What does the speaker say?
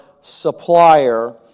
supplier